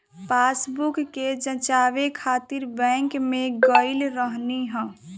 passbook के जचवाए खातिर बैंक में गईल रहनी हअ